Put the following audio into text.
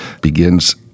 begins